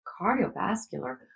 cardiovascular